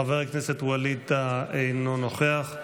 חבר הכנסת ווליד טאהא אינו נוכח,